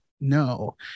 no